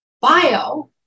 bio